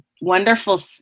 wonderful